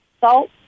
salt